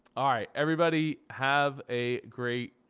alright, everybody have a great.